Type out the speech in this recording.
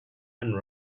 and